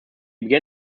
began